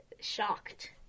Shocked